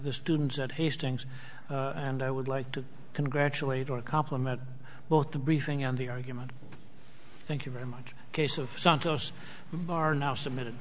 the students at hastings and i would like to congratulate or compliment both the briefing on the argument thank you very much a case of santos the bar now submitted